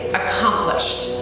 accomplished